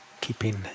keeping